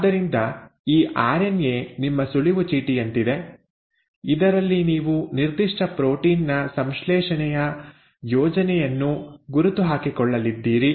ಆದ್ದರಿಂದ ಈ ಆರ್ಎನ್ಎ ನಿಮ್ಮ ಸುಳಿವು ಚೀಟಿಯಂತಿದೆ ಇದರಲ್ಲಿ ನೀವು ನಿರ್ದಿಷ್ಟ ಪ್ರೋಟೀನ್ ನ ಸಂಶ್ಲೇಷಣೆಯ ಯೋಜನೆವನ್ನು ಗುರುತುಹಾಕಿಕೊಳ್ಳಲಿದ್ದೀರಿ